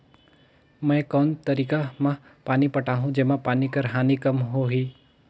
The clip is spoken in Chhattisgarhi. मैं कोन तरीका म पानी पटाहूं जेमा पानी कर हानि कम होही?